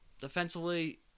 defensively